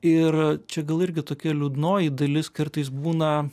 ir čia gal irgi tokia liūdnoji dalis kartais būna